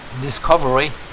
discovery